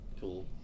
Cool